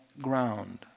ground